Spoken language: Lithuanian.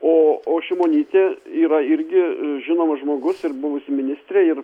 o o šimonytė yra irgi žinomas žmogus ir buvusi ministrė ir